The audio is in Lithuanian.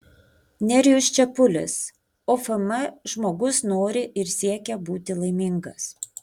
nerijus čepulis ofm žmogus nori ir siekia būti laimingas